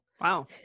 wow